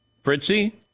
Fritzy